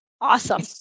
awesome